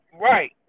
Right